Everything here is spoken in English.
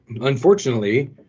Unfortunately